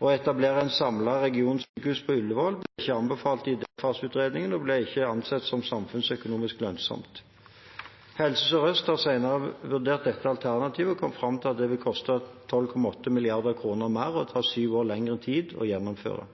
Å etablere et samlet regionsykehus på Ullevål ble ikke anbefalt i idéfaseutredningene, og det ble ikke ansett som samfunnsøkonomisk lønnsomt. Helse Sør-Øst har senere vurdert dette alternativet og kommet fram til at det ville ha kostet 12,8 mrd. kr mer og tatt syv år lengre tid å gjennomføre.